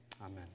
Amen